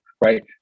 right